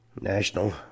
National